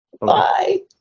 Bye